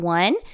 one